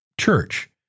church